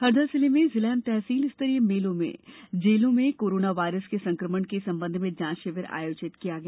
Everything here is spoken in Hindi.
हरदा जिले में जिला एवं तहसील स्तरीय जेलों में कोरोना वायरस के संक्रमण के संबंध में जाँच शिविर आयोजित किया गया